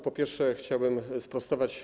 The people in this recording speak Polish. Po pierwsze, chciałbym sprostować.